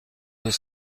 deux